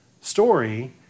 story